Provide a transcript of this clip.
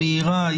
מהירה,